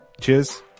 Cheers